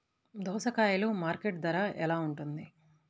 దోసకాయలు మార్కెట్ ధర ఎలా ఉంటుంది?